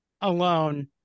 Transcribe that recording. alone